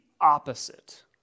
opposite